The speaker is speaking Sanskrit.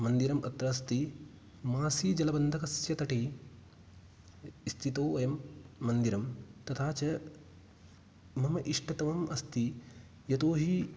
मन्दिरमत्र अस्ति मासिजलबन्दकस्य तटे स्थितौ अयं मन्दिरं तथा च मम इष्टतमम् अस्ति यतोहि